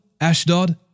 Ashdod